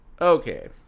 Okay